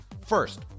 First